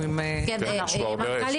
רוקחים?